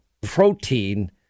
protein